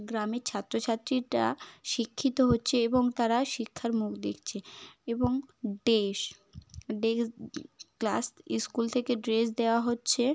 গ্রামের ছাত্র ছাত্রীটা শিক্ষিত হচ্ছে এবং তারা শিক্ষার মুখ দেখছে এবং দেশ দেশ ক্লাস স্কুল থেকে ড্রেস দেওয়া হচ্ছে